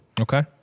Okay